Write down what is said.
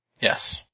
Yes